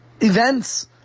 events